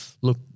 look